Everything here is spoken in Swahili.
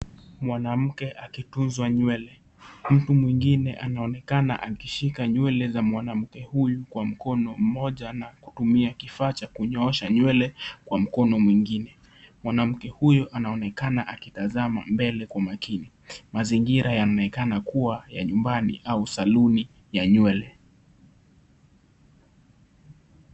Mwanamke akitunzwa nywele. Mtu mwengine anaonekana akitunza nywele za mwanamke huyu kwa mkono mmoja na kutumia kifaa cha kunyoosha nywele kwa mkono mwingine. Mwanamke huyu anaonekana akitazama mbele kwa makini. Mazingira yanaonekana kuwa ya nyumbani au saluni ya nywele.